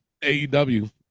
AEW